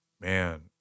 Man